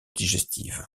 digestive